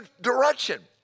direction